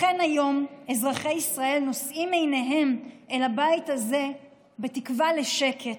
לכן היום אזרחי ישראל נושאים עיניהם אל הבית הזה בתקווה לשקט,